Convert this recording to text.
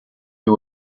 you